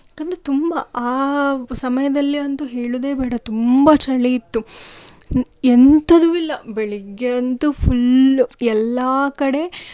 ಯಾಕಂದರೆ ತುಂಬ ಆ ಸಮಯದಲ್ಲಿ ಅಂತು ಹೇಳೋದೇ ಬೇಡ ತುಂಬ ಚಳಿಯಿತ್ತು ಎಂಥದು ಇಲ್ಲ ಬೆಳಗ್ಗೆ ಅಂತು ಫುಲ್ಲು ಎಲ್ಲಾ ಕಡೆ